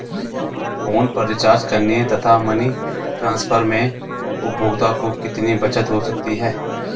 Phone पर recharge करने तथा मनी ट्रांसफर में उपभोक्ता को कितनी बचत हो सकती है?